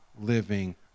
living